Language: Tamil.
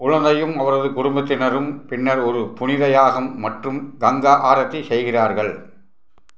குழந்தையும் அவரது குடும்பத்தினரும் பின்னர் ஒரு புனித யாகம் மற்றும் கங்கா ஆரத்தி செய்கிறார்கள்